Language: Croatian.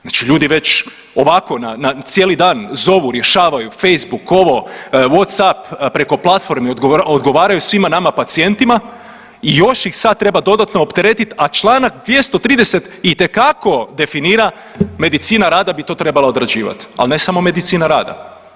Znači ljudi već ovako na cijeli dan zovu, rješavaju, Facebook, ovo, Whatsapp, preko platformi odgovaraju svima nama pacijentima i još ih sad treba dodatno opteretit, a Članak 230. itekako definira medicina rada bi to trebala odrađivat, ali ne samo medicina rada.